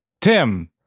tim